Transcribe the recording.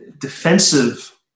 defensive